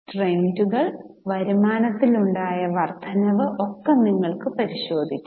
ട്രെൻഡുകൾ വരുമാനത്തിൽ ഉണ്ടായ വർദ്ധനവ് ഒക്കെ നിങ്ങൾക് പരിശോധിക്കാം